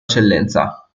eccellenza